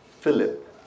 Philip